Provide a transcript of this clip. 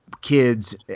kids